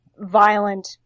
Violent